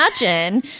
Imagine